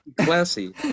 Classy